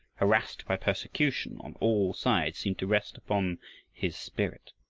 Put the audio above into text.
harassed by persecution on all sides, seemed to rest upon his spirit.